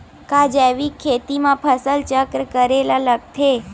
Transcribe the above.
का जैविक खेती म फसल चक्र करे ल लगथे?